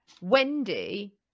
wendy